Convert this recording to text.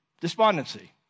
despondency